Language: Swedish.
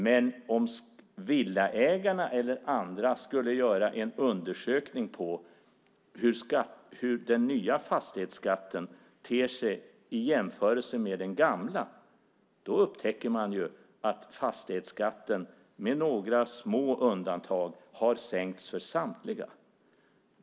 Men om Villaägarna eller andra skulle göra en undersökning av hur den nya fastighetsskatten ter sig i jämförelse med den gamla upptäcker man att fastighetsskatten, med några få undantag, har sänkts för samtliga.